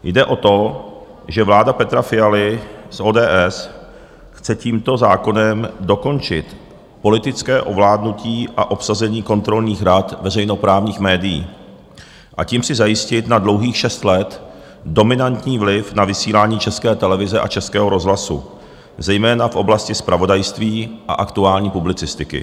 Jde o to, že vláda Petra Fialy z ODS chce tímto zákonem dokončit politické ovládnutí a obsazení kontrolních rad veřejnoprávních médií, a tím si zajistit na dlouhých šest let dominantní vliv na vysílání České televize a Českého rozhlasu zejména v oblasti zpravodajství a aktuální publicistiky.